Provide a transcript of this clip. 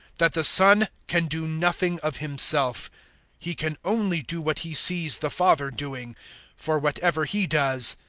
that the son can do nothing of himself he can only do what he sees the father doing for whatever he does,